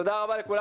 תודה רבה לכולם.